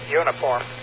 uniform